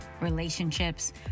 relationships